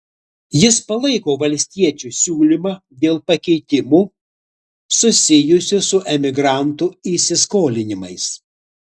jis palaiko valstiečių siūlymą dėl pakeitimų susijusių su emigrantų įsiskolinimais